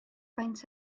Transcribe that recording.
faint